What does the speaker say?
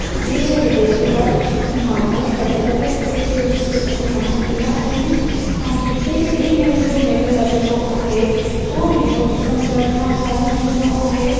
देश विदेश जा माण्हू पर्यटक हिते टूरिस्ट हिते घुमणु ईंदा आहिनि ऐं हिते टे महिने जो मेलो लॻंदो आहे उहो मेलो दिसंबर खां चालू थींदो आहे